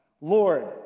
Lord